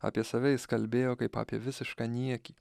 apie save jis kalbėjo kaip apie visišką niekį